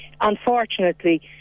Unfortunately